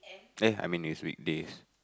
hey I mean next weekdays